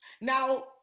Now